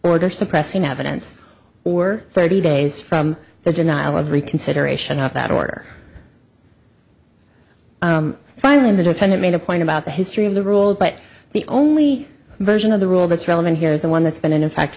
order suppressing evidence or thirty days from the denial of reconsideration of that order finally in the defendant made a point about the history of the rule but the only version of the rule that's relevant here is the one that's been in effect